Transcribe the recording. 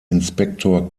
inspektor